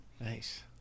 Nice